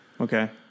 Okay